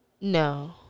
No